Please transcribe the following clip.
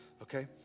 Okay